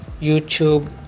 YouTube